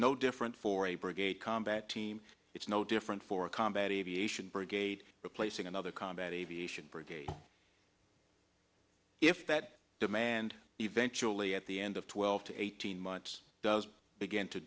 no different for a brigade combat team it's no different for a combat aviation brigade replacing another combat aviation brigade if that demand eventually at the end of twelve to eighteen months does begin to